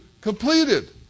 completed